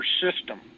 system